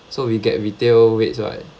so we get retail rates right